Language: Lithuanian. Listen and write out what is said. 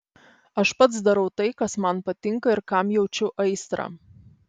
aš pats darau tai kas man patinka ir kam jaučiu aistrą